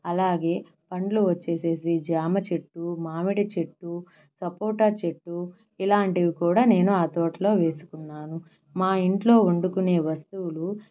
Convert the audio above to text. అలాగే పండ్లు వచ్చేసేసి జామ చెట్టు మామిడి చెట్టు సపోటా చెట్టు ఇలాంటివి కూడా నేను ఆ తోటలో వేసుకున్నాను మా ఇంట్లో వండుకునే వస్తువులు